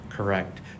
Correct